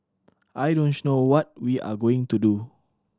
I don't know what we are going to do